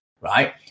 right